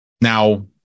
now